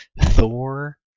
thor